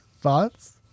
Thoughts